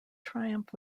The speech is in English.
triumph